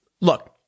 Look